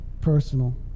personal